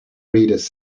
readers